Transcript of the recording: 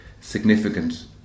significant